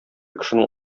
кешенең